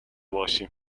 باشیم